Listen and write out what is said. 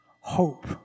Hope